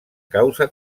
causa